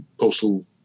postal